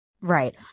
right